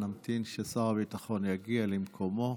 נמתין ששר הביטחון יגיע למקומו.